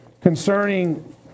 concerning